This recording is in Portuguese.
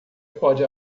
pode